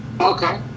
Okay